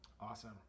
Awesome